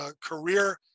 career